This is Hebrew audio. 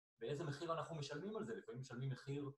באיזה מחיר אנחנו משלמים על זה? משלמים מחיר...